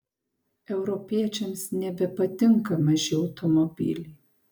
europiečiams nebepatinka maži automobiliai